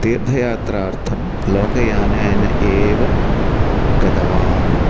तीर्थयात्रार्थं लोकयानेन एव गतवान्